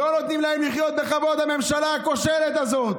לא נותנים להם לחיות בכבוד, הממשלה הכושלת הזאת.